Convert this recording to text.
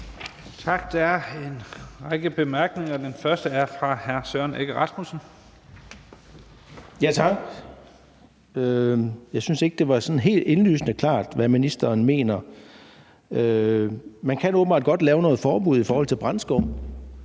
fra hr. Søren Egge Rasmussen. Kl. 12:37 Søren Egge Rasmussen (EL): Tak. Jeg synes ikke, det er sådan helt indlysende klart, hvad ministeren mener. Man kan åbenbart godt lave et forbud i forhold til brandskum.